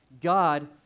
God